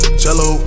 cello